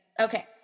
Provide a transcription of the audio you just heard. Okay